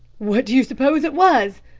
what do you suppose it was?